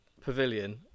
pavilion